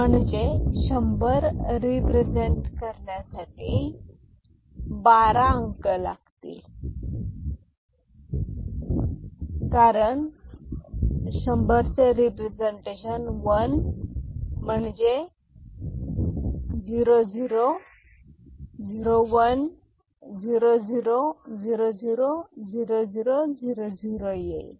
म्हणजे 100 म्हणजे 1 0001 0 0000 0 0000 म्हणजे शंभर रिप्रेझेंट करण्यासाठी बारा अंक लागले